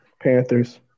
Panthers